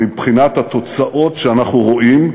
מבחינת התוצאות שאנחנו רואים,